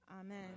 Amen